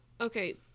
okay